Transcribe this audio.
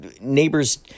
neighbors